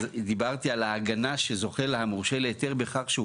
אז דיברתי על הגנה שזוכה לה המורשה היתר בכך שהוא